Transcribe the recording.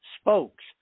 spokes